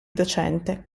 docente